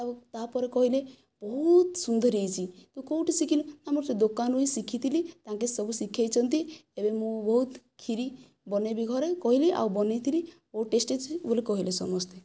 ଆଉ ତା'ପରେ କହିଲେ ବହୁତ ସୁନ୍ଦର ହୋଇଛି ତୁ କେଉଁଠୁ ଶିଖିଲୁ ଆମର ସେ ଦୋକାନରୁ ହିଁ ଶିଖିଥିଲି ତାଙ୍କେ ସବୁ ଶିଖାଇଛନ୍ତି ଏବେ ମୁଁ ବହୁତ ଖିରୀ ବନାଇବି ଘରେ କହିଲି ଆଉ ବନାଇଥିଲି ଓ ଟେଷ୍ଟ ଅଛି ବୋଲି କହିଲେ ସମସ୍ତେ